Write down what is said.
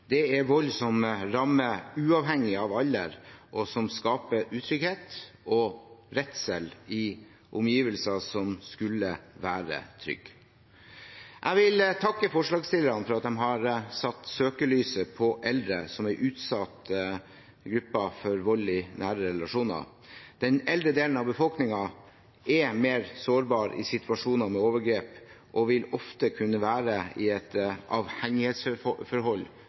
Det er vold som rammer uavhengig av alder, og som skaper utrygghet og redsel i omgivelser som skulle være trygge. Jeg vil takke forslagsstillerne for at de har satt søkelys på eldre som en utsatt gruppe for vold i nære relasjoner. Den eldre delen av befolkningen er mer sårbar i situasjoner med overgrep og vil ofte kunne være i et